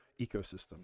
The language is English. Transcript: ecosystem